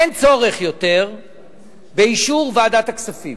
אין צורך יותר באישור ועדת הכספים.